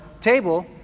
table